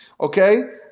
Okay